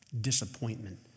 disappointment